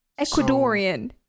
Ecuadorian